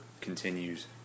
continues